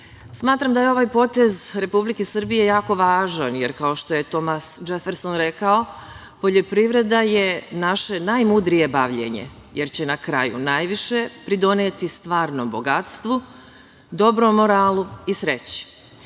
sveta. Smatram da je ovaj potez Republike Srbije jako važan, jer, kao što je to Tomas Džeferson rekao, poljoprivreda je naše najmudrije bavljenje jer će na kraju najviše pridoneti stvarnom bogatstvu, dobrom moralu i sreći.S